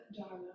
Dharma